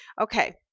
Okay